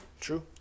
True